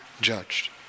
judged